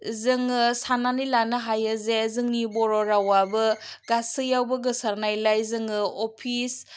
जोङो सान्नानै लानो हायो जे जोंनि बर' रावाबो गासैयावबो गोसारनायलाय जोङो अफिस